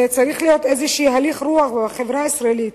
וצריך להיות איזושהי הלך רוח בחברה הישראלית,